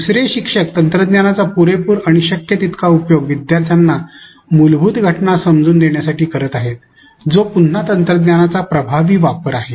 दुसरे शिक्षक तंत्रज्ञानाचा पुरेपूर आणि शक्य तितका उपयोग विद्यार्थ्यांना मूलभूत घटना समजून देण्यासाठी करत आहेत जो पुन्हा तंत्रज्ञानाचा प्रभावी वापर आहे